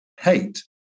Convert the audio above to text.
hate